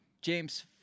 James